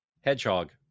Hedgehog